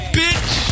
bitch